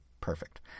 perfect